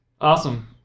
awesome